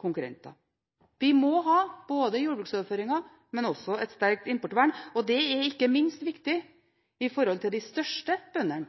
konkurrenter. Vi må ha jordbruksoverføringer, men også et sterkt importvern. Det er ikke minst viktig for de største bøndene,